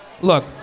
look